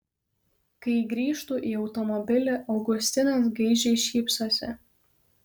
kai grįžtu į automobilį augustinas gaižiai šypsosi